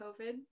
COVID